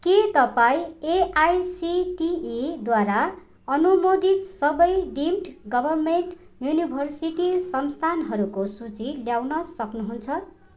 के तपाईँ एआइसिटिईद्वारा अनुमोदित सबै डिम्ड गवर्नमेन्ट युनिवर्सिटी संस्थानहरूको सूची ल्याउन सक्नुहुन्छ